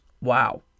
Wow